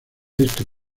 este